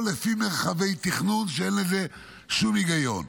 או לפי מרחבי תכנון, שאין לזה שום היגיון.